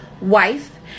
wife